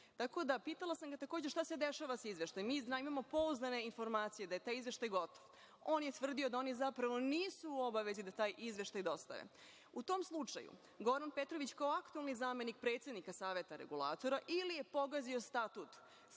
Tako da, pitala sam ga takođe šta se radi sa izveštajem? Mi imamo pouzdane informacije da je taj izveštaj gotov. On je tvrdio da oni zapravo nisu u obavezi da taj izveštaj dostave. U tom slučaju, Goran Petrović, kao aktuelni zamenik predsednika Saveta regulatora, ili je pogazio statut